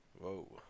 Whoa